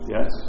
Yes